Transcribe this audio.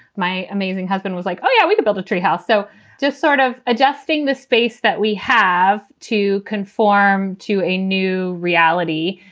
my amazing husband was like, oh, yeah, we could build a treehouse. so just sort of adjusting the space that we have to conform to a new reality.